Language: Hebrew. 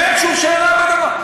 אין שום שאלה בדבר.